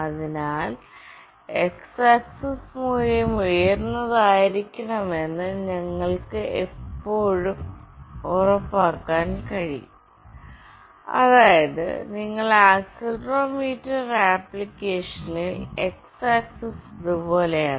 അതിനാൽ x axis മൂല്യം ഉയർന്നതായിരിക്കണമെന്ന് നിങ്ങൾക്ക് എല്ലായ്പ്പോഴും ഉറപ്പാക്കാൻ കഴിയും അതായത് നിങ്ങൾ ആക്സിലറോമീറ്റർ ആ ആപ്ലിക്കേഷനിൽ x ആക്സിസ് ഇതുപോലെയാണ്